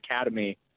Academy